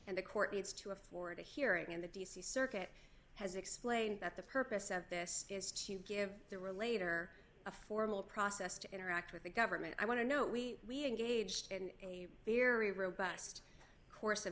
and the court needs to afford a hearing in the d c circuit has explained that the purpose of this is to give the relator a formal process to interact with the government i want to know we we engaged in a very robust course of